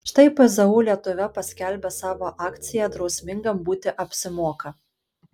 štai pzu lietuva paskelbė savo akciją drausmingam būti apsimoka